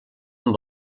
amb